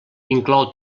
inclou